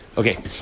Okay